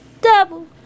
Double